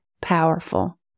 powerful